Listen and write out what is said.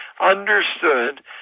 understood